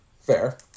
fair